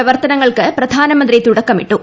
പ്രവർത്തനങ്ങൾക്ക് പ്രധാനീമുന്തി തുടക്കമിട്ടു